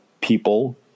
people